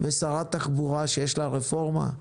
זאת הרפורמה?